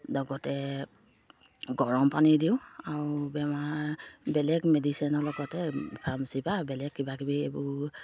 লগতে গৰম পানী দিওঁ আৰু বেমাৰ বেলেগ মেডিচেনৰ লগতে ফাৰ্মাচী পা বেলেগ কিবা কিবি এইবোৰ